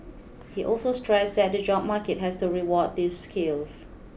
he also stressed that the job market has to reward these skills